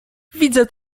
widzę